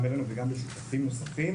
גם אלינו וגם לשותפים נוספים,